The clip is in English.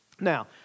Now